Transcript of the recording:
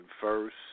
first